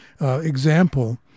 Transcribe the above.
example